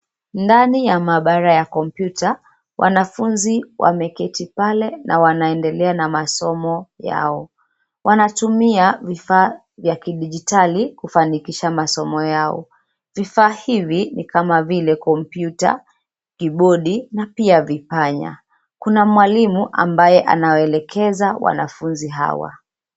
Ndani ya maabara ya kompyuta. Wanafunzi wameketi pale. Wanatumia vifaa vya kidijitali kufanikisha masomo yao. Vifaa hivi ni kama vile kompyuta, kibodi na pia vipanya. Kuna mwalimu ambaye anawaelekeza wanafunzi hawa.